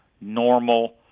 normal